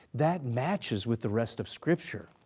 that matches with the rest of scripture.